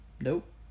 Nope